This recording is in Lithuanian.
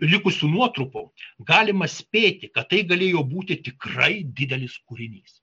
likusių nuotrupų galima spėti kad tai galėjo būti tikrai didelis kūrinys